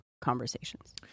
conversations